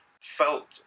felt